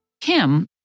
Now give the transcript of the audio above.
Kim